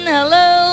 Hello